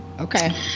Okay